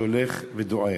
הולך ודועך.